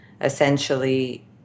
essentially